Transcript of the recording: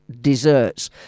desserts